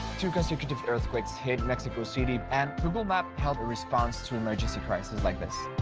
two consecutive earthquakes hit mexico city and google maps helped the response to emergency crises like this.